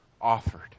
offered